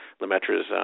Lemaitre's